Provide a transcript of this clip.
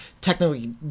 technically